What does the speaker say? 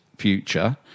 future